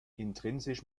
intrinsisch